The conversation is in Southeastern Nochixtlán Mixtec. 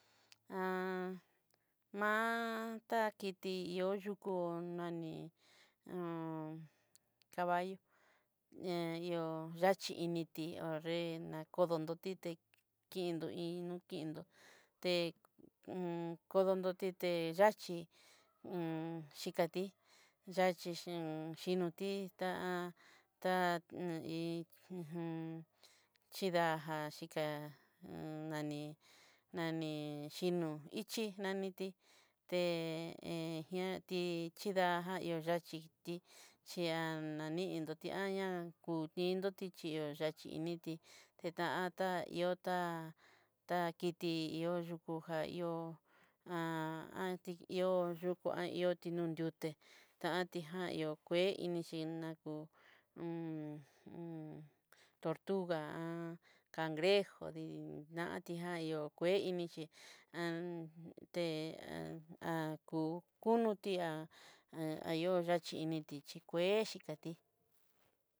ma'an ta tiki ihó má ta kiti ihó yuku naní he u un caballo he ihó yachiiniti nakodotí ho'nre ña kodonoti ta kin'nro inti kin'nró, te kodonoti té yachi xhikatí yachi yinotí tá'a tá ta deí chidaja xhika naní niní xhino ichí naniti te he jeantí tixhidajan ihó daxhiti chí an dani iin nrotía ná kutin'nroti chí hó yaxhi inití teanta ihóta, ta kiti ihó yukú jan ihó ti ihó yukú ihoti nú nruité, ta antijan ihó kué ini xhinakú tortuga cangrejo dinatijan ho kue inixhí é kunú tiá ayó yachí initi chí kué xhikatí.